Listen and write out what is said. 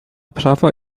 prawo